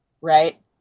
right